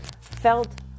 Felt